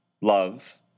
love